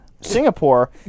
Singapore